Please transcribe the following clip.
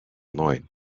lloyd